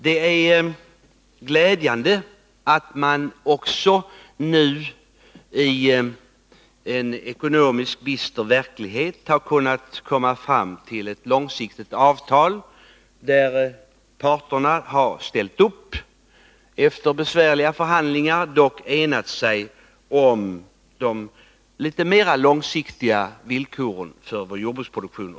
Det är glädjande att man också nu, i en bister ekonomisk verklighet, har kunnat komma fram till ett långsiktigt jordbruksavtal. Parterna har, efter besvärliga förhandlingar, enat sig om de litet mer långsiktiga villkoren för vår livsmedelsproduktion.